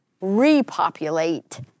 repopulate